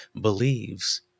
believes